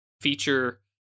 feature